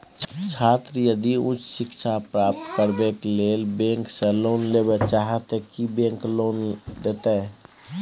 छात्र यदि उच्च शिक्षा प्राप्त करबैक लेल बैंक से लोन लेबे चाहे ते की बैंक लोन देतै?